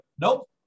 nope